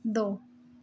दो